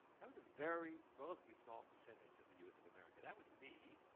that was a very relatively small percentage of the youth of america. that was me.